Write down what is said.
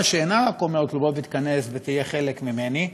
שלא רק אומרת לו: בוא תיכנס ותהיה חלק ממני,